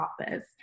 office